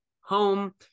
home